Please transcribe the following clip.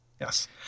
Yes